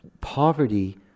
Poverty